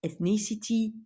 ethnicity